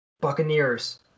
Buccaneers